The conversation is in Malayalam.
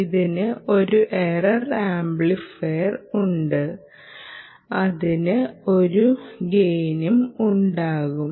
ഇതിന് ഒരു എറർ ആംപ്ലിഫയർ ഉണ്ട് അതിന് ഒരു ഗെയിനും ഉണ്ടാകും